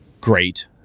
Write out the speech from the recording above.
Great